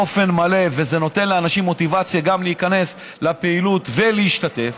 וזה נותן לאנשים מוטיבציה גם להיכנס לפעילות ולהשתתף.